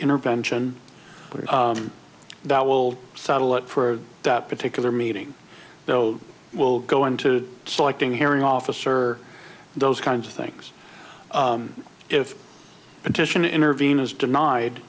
intervention that will settle it for that particular meeting so will go into selecting hearing officer those kinds of things if petition intervene is denied